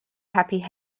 happy